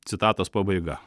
citatos pabaiga